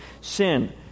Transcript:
sin